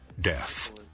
death